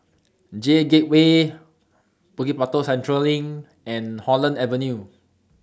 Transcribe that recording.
J Gateway Bukit Batok Central LINK and Holland Avenue